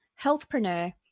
healthpreneur